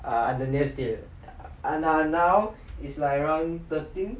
அது நேத்து ஆனா:athu nethu aanaa now is like around thirteen